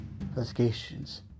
investigations